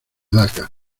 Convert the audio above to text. dakar